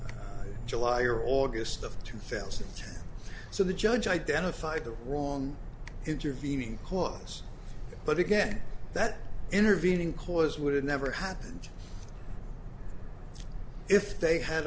july or august of two fails so the judge identified the wrong intervening cause but again that intervening cause would have never happened if they had